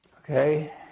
okay